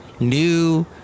New